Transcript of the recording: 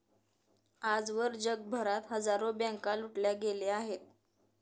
आजवर जगभरात हजारो बँका लुटल्या गेल्या आहेत